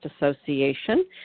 association